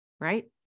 Right